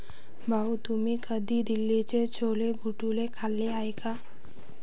भाऊ, तुम्ही कधी दिल्लीचे छोले भटुरे खाल्ले आहेत का?